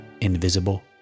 invisible